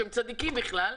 שהם צדיקים בכלל,